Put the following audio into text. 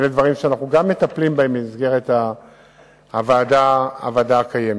אלה דברים שאנחנו מטפלים בהם במסגרת הוועדה הקיימת.